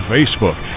Facebook